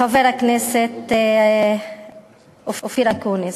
חבר הכנסת אופיר אקוניס.